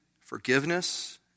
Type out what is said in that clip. forgiveness